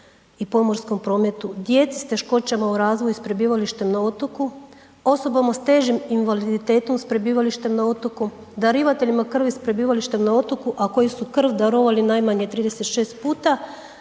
i pomorskom prometu djeci s teškoćama u razvoju s prebivalištem na otoku, osobama s težim invaliditetom s prebivalištem na otoku, darivateljima krvi s prebivalištem na otoku, a koji su krv darovali najmanje 36 puta,